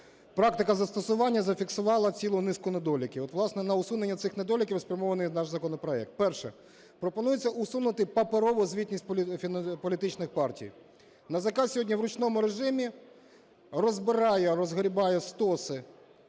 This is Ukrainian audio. практика застосування зафіксувала цілу низку недоліків. От, власне, на усунення цих недоліків і спрямований наш законопроект. Перше. Пропонується усунути паперову звітність політичних партій. НАЗК сьогодні в ручному режимі розбирає, розгрібає стоси,